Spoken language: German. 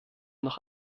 noch